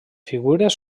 figures